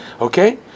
Okay